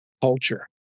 culture